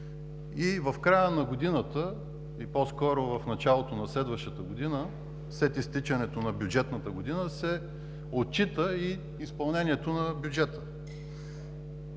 и в края на годината, по-скоро в началото на следващата година след изтичането на бюджетната година се отчита и изпълнението на бюджета.